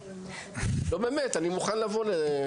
לא באמת, אני מוכן לבוא.